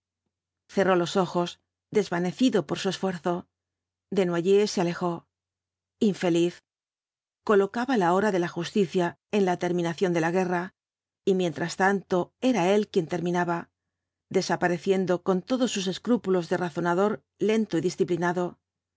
cerró los ojos desvanecido por su esfuerzo desnoyers se alejó infeliz colocaba la hora de la justicia en la terminación de la guerra y mientras tanto era él quien terminaba desapareciendo con todos sus escrúpulos de razonador lento y disciplinado